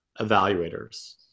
evaluators